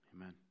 Amen